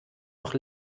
doch